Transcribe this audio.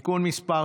(תיקון מס'